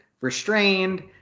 restrained